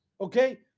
okay